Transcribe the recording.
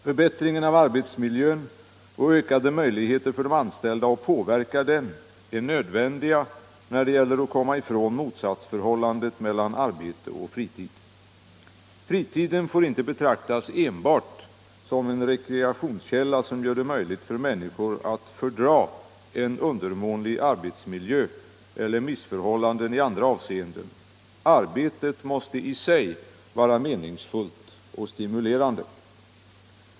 Förbättring av arbetsmiljön och ökade möjligheter för de anställda att påverka den är nödvändiga när det gäller att komma ifrån motsatsförhållandet mellan arbete och fritid. Fritiden får inte betraktas enbart som en rekreationskälla som gör det möjligt för människor att fördra en undermålig arbetsmiljö eller missförhållanden i andra avseenden. Arbetet måste i sig vara meningsfullt och stimulerande.